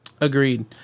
Agreed